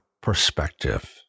perspective